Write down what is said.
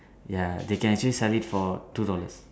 ya they can actually sell it for two dollars